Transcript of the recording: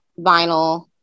vinyl